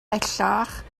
bellach